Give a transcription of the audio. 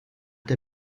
der